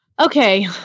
Okay